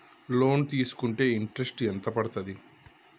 Loan తీస్కుంటే interest ఎంత పడ్తది?